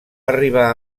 arribar